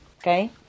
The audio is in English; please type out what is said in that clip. okay